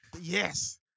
Yes